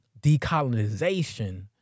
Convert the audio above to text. decolonization